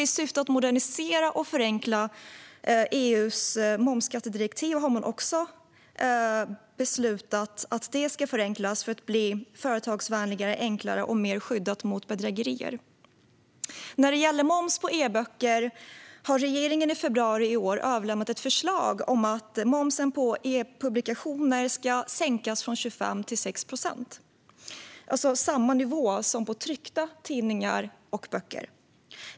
I syfte att modernisera och förenkla EU:s momsdirektiv har man också beslutat att det ska förenklas för att bli företagsvänligare, enklare och bättre skyddat mot bedrägerier. När det gäller moms på e-böcker överlämnade regeringen i februari i år ett förslag om att momsen på e-publikationer ska sänkas från 25 till 6 procent, det vill säga samma nivå som för tryckta tidningar och böcker.